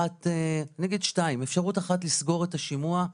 נגיד שתיים: אפשרות אחת לסגור את השימוע,